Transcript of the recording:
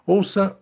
Ouça